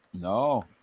No